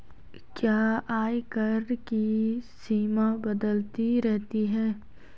क्या आयकर की सीमा बदलती रहती है?